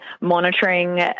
monitoring